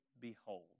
behold